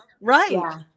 right